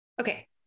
Okay